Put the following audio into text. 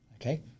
okay